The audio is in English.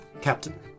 Captain